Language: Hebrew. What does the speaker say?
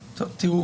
הוא,